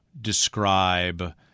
describe